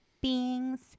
beings